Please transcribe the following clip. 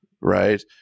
right